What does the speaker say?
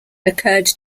occurred